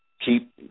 Keep